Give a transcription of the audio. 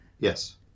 Yes